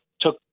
took